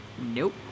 Nope